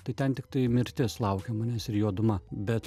tai ten tiktai mirtis laukia manęs ir juoduma bet